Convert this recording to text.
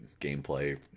gameplay